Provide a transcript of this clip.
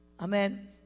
Amen